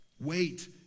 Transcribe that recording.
Wait